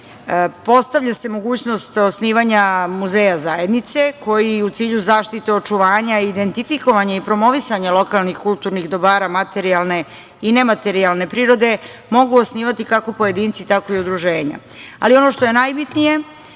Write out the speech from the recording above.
Postavlja se mogućnost osnivanja muzeja zajednice, koji u cilju zaštite očuvanja i identifikovanja i promovisanja lokalnih, kulturnih dobara, materijalne i nematerijalne prirode, mogu osnivati kako pojedinci, tako i udruženja.